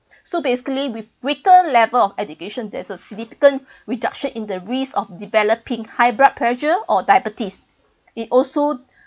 so basically with greater level of education there's a significant reduction in the risk of developing high blood pressure or diabetes it also